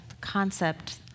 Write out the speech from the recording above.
concept